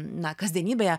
na kasdienybėje